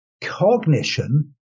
cognition